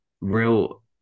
real